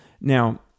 Now